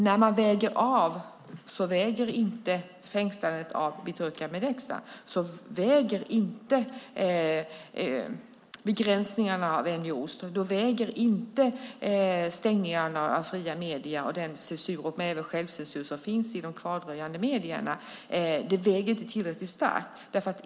När man väger av fängslandet av Birtukan Mideksa och begränsningarna av NGO:er väger inte stängningen av fria medier, den censur och även självcensur som finns i de kvardröjande medierna tillräckligt starkt.